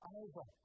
over